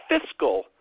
fiscal